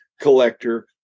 collector